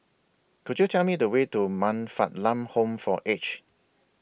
Could YOU Tell Me The Way to Man Fatt Lam Home For Aged